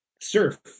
surf